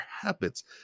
habits